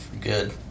good